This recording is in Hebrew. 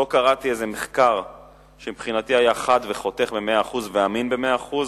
לא קראתי איזה מחקר שמבחינתי היה חד וחותך במאה אחוז ואמין במאה אחוז,